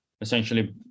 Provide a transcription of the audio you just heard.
essentially